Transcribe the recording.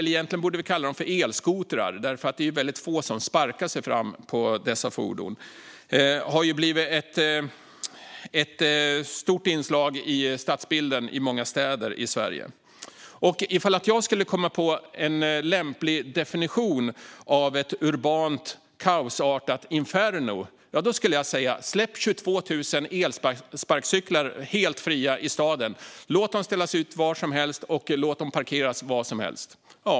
Egentligen borde vi kalla dem elskotrar. Det är ju väldigt få som sparkar sig fram på dessa fordon. De har blivit ett stort inslag i stadsbilden i många städer i Sverige. Ifall jag skulle komma på en lämplig definition av ett urbant kaosartat inferno skulle jag säga: "Släpp 22 000 elsparkcyklar helt fria i staden. Låt dem ställas ut var som helst och parkeras var som helst."